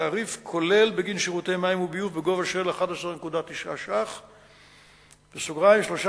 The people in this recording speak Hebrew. תעריף כולל בגין שירותי מים וביוב בגובה של 11.9 שקל למטר